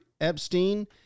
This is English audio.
Epstein